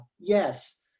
yes